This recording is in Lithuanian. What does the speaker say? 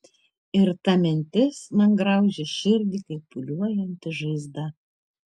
ir ta mintis man graužia širdį kaip pūliuojanti žaizda